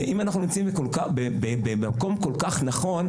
אם אנחנו נמצאים במקום כל כך נכון,